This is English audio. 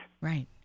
Right